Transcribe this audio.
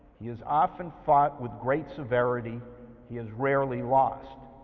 he has often fought with great severity he has rarely lost.